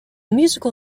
musical